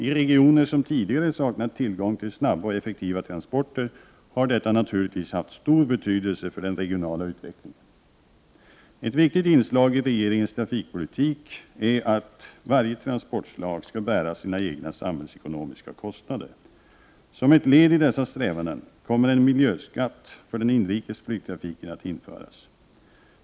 I de regioner som tidigare saknat tillgång till snabba och effektiva transporter har detta naturligtvis haft stor betydelse för den regionala utvecklingen. Ett viktigt inslag i regeringens trafikpolitik är att varje transportslag skall bära sina egna samhällsekonomiska kostnader. Som ett led i dessa strävanden kommer en miljöskatt för inrikesflygtrafiken att införas.